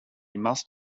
must